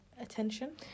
attention